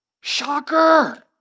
Shocker